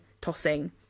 tossing